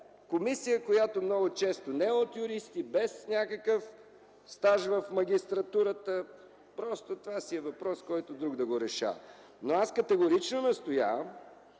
комисия, която много често не е от юристи, без някакъв стаж в магистратурата – това си е въпрос, който друг да го решава. Но аз категорично настоявам